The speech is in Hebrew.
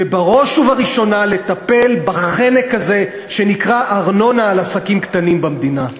ובראש ובראשונה לטפל בחלק הזה שנקרא ארנונה על עסקים קטנים במדינה.